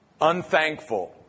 unthankful